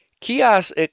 Kiosk